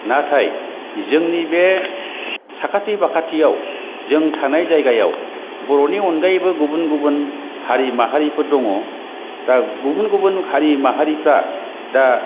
नाथाय जोंनि बे साखाथि बाखाथिआव जों थानाय जायगायाव बर'नि अनगायैबो गुबुन गुबुन हारि माहारिफोर दङ दा गुबुन गुबुन हारि माहारिफ्रा दा